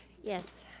yes.